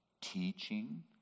Teaching